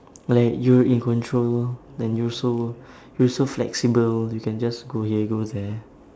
like you're in control then you're so you're so flexible you can just go here go there